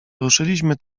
ruszyliśmy